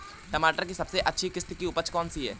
टमाटर की सबसे अच्छी किश्त की उपज कौन सी है?